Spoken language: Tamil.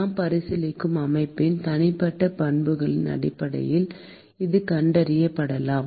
நாம் பரிசீலிக்கும் அமைப்பின் தனிப்பட்ட பண்புகளின் அடிப்படையில் இது கண்டறியப்படலாம்